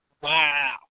Wow